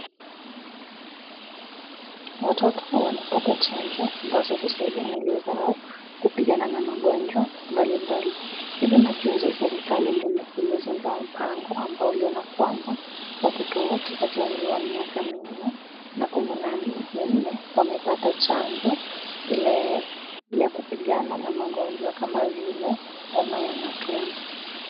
Watoto wanapata chajo ambazo husaidia mwili zao kupigana na magonjwa mbali mbali. Hivyo majuzi serikali ilizindua mpango ambao uliona kwamba watoto wote kati ya umri wa miaka minne na kumi na minne wamepata chajo ile ya kupigana na magonjwa kama vile homa ya matumbo.